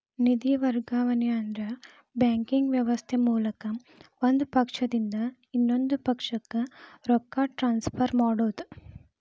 ನಿಧಿ ವರ್ಗಾವಣೆ ಅಂದ್ರ ಬ್ಯಾಂಕಿಂಗ್ ವ್ಯವಸ್ಥೆ ಮೂಲಕ ಒಂದ್ ಪಕ್ಷದಿಂದ ಇನ್ನೊಂದ್ ಪಕ್ಷಕ್ಕ ರೊಕ್ಕ ಟ್ರಾನ್ಸ್ಫರ್ ಮಾಡೋದ್